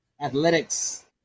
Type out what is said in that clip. Athletics